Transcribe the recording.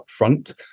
upfront